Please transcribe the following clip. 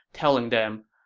telling them,